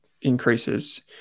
increases